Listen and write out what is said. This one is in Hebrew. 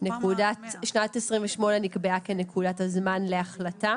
שנת 2028 נקבעה כנקודת הזמן להחלטה.